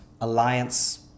alliance